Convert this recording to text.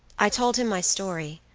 i told him my story,